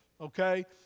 okay